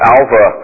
Alva